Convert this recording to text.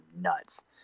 nuts